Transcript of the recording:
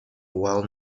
well